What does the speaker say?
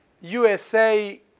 USA